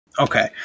Okay